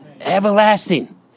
Everlasting